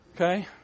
Okay